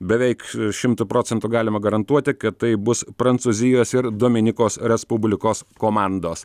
beveik šimtu procentų galima garantuoti kad tai bus prancūzijos ir dominikos respublikos komandos